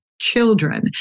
children